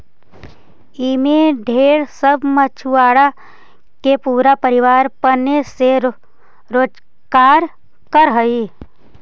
ई में ढेर सब मछुआरा के पूरा परिवार पने से रोजकार कर हई